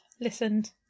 Listened